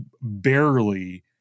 barely